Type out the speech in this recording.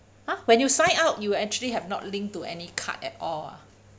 !huh! when you sign up you actually have not linked to any card at all ah